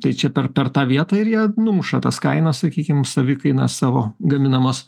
tai čia per per per tą vietą ir jie numuša tas kainas sakykim savikainą savo gaminamos